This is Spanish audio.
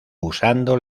usando